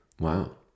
Wow